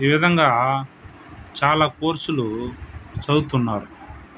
ఈ విధంగా చాలా కోర్సులు చదువుతున్నారు